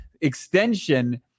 extension